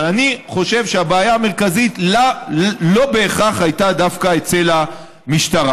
אבל אני חושב שהבעיה המרכזית לא בהכרח הייתה דווקא אצל המשטרה,